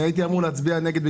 הייתי אמור להצביע נגד,